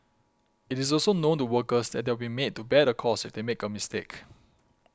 it is also known to workers that they will be made to bear the cost if they make a mistake